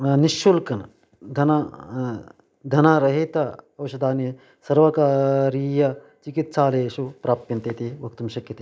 निःशुल्कं न धनं धनरहित औषधानि सर्वकारीय चिकित्सालयेषु प्राप्यन्ते इति वक्तुं शक्यते